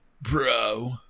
bro